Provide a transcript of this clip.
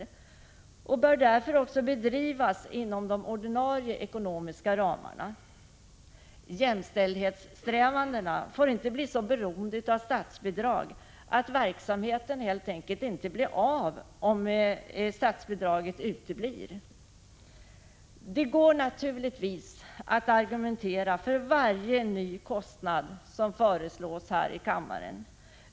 Vi menar att arbetet därför bör bedrivas inom de ordinarie ekonomiska ramarna. Jämställdhetssträvandena får inte bli så beroende av statsbidrag att verksamheten helt enkelt inte blir av om statsbidraget uteblir. Det går naturligtvis att argumentera för varje ny kostnad som föreslås i denna kammare.